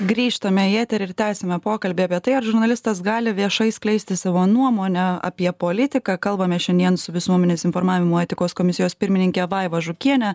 grįžtame į eterį ir tęsiame pokalbį apie tai ar žurnalistas gali viešai skleisti savo nuomonę apie politiką kalbame šiandien su visuomenės informavimo etikos komisijos pirmininke vaiva žukiene